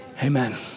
Amen